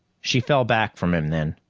she fell back from him then.